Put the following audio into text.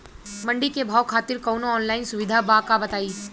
मंडी के भाव खातिर कवनो ऑनलाइन सुविधा बा का बताई?